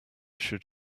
should